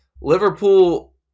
Liverpool